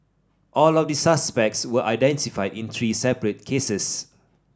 all of the suspects were identified in three separate cases